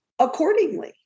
accordingly